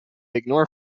ignore